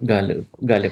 gali gali